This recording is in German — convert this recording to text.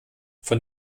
von